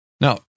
Now